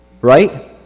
right